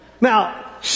Now